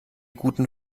guten